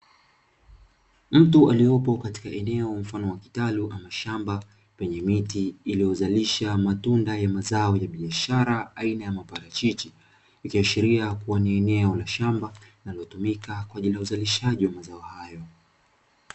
Mtu aliyopo katika eneo mfano wa kitalu ama shamba kwenye miti iliyozalisha matunda ya mazao ya biashara aina ya maparachichi ikiashiria kuwa ni eneo la shamba linalotumiaka kwa ajili ya uzalishaji wa mazao hayo.